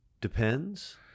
depends